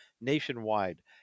nationwide